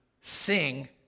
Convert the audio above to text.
sing